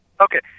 okay